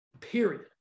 Period